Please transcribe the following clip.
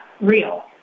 real